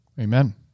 Amen